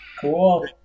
cool